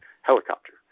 helicopter